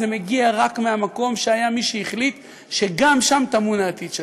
זה מגיע רק מהמקום שהיה מי שהחליט שגם שם טמון העתיד שלנו.